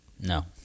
No